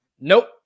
nope